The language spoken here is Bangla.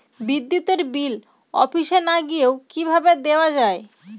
বিদ্যুতের বিল অফিসে না গিয়েও কিভাবে দেওয়া য়ায়?